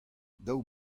daou